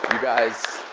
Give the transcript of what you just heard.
you guys,